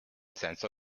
senso